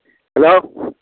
hello